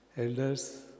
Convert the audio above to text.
Elders